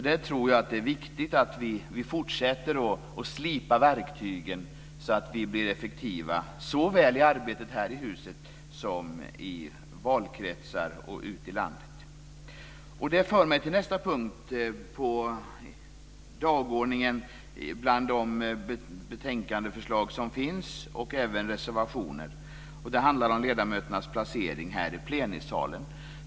Jag tror därför att det är viktigt att vi fortsätter att slipa verktygen så att vi blir effektiva såväl i arbetet här i huset som i valkretsar och ute i landet. Detta för mig till nästa punkt på dagordningen bland de betänkandeförslag och reservationer som finns. Det handlar om ledamöternas placering här i plenisalen.